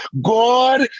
God